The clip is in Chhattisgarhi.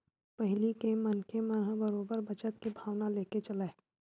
पहिली के मनखे मन ह बरोबर बचत के भावना लेके चलय